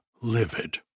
livid